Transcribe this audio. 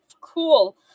Cool